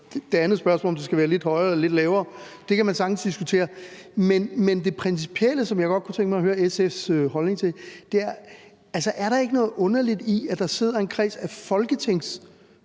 det andet spørgsmål om, om det skal være lidt højere eller lidt lavere, kan man sagtens diskutere. Men det principielle, som jeg godt kunne tænke mig at høre SF's holdning til, er, om der ikke er noget lidt underligt i, at der sidder en kreds af folketingspartier